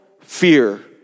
fear